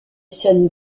sun